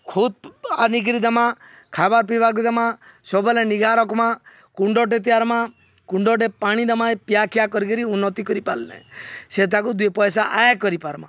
ଖୁଦ୍ ଆନିକିରି ଦେମା ଖାଏବାର୍ ପିଇବାକେ ଦେମା ସବୁବେଲେ ନିଘା ରଖ୍ମା କୁଣ୍ଡଟେ ତିଆର୍ମା କୁଣ୍ଡଟେ ପାଣି ଦେମା ପିଆଖିଆ କରିକିରି ଉନ୍ନତି କରିପାର୍ଲେ ସେ ତାକୁ ଦୁଇ ପଏସା ଆୟ କରିପାର୍ମା